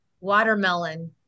watermelon